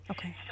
Okay